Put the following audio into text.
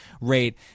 rate